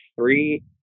three